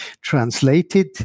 translated